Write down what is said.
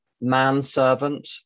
manservant